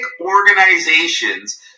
organizations